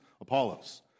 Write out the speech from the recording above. Apollos